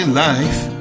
life